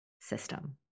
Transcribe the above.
system